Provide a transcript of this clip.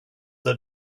that